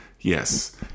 yes